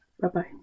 bye-bye